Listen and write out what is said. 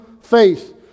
faith